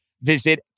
visit